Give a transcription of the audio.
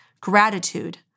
gratitude